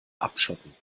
abschotten